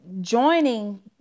joining